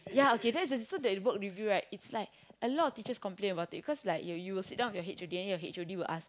ya okay that's the work review it's like a lot of teachers complain about it so you will will sit down with your H_O_D and your H_O_D will asked